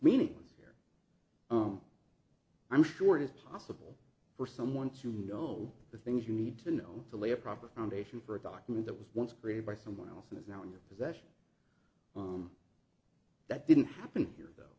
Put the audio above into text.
meanings here i'm sure it is possible for someone to know the things you need to know to lay a proper foundation for a document that was once created by someone else and is now in your possession on that didn't happen here though